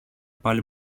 πάλι